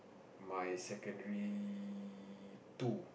my secondary two